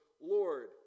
lord